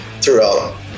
throughout